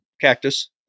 cactus